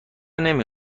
نمی